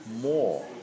more